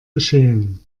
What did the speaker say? geschehen